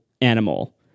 animal